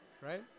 right